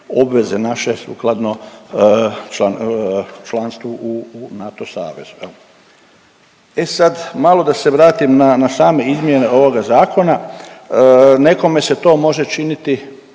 obveze naše sukladno članstvu u u NATO savezu jel. E sad malo da se vratim na same izmjene ovoga zakona. Nekome se to može činiti